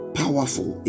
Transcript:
powerful